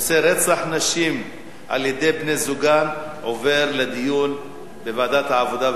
הנושא: רצח נשים על-ידי בני-זוגן עובר לדיון בוועדת העבודה,